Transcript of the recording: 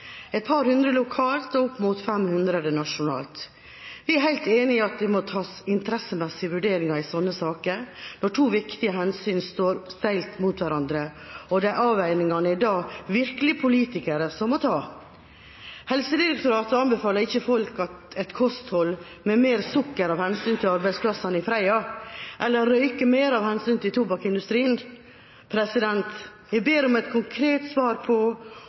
et par hundre lokalt og opp mot 500 nasjonalt. Vi er helt enig i at det må tas interessemessige vurderinger i sånne saker når to viktige hensyn står steilt mot hverandre, og de avveiningene er det da virkelig politikere som må ta. Helsedirektoratet anbefaler ikke folk et kosthold med mer sukker av hensyn til arbeidsplassene i Freia eller å røyke mer av hensyn til tobakksindustrien. Jeg ber om et konkret svar på